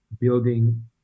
building